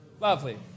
Lovely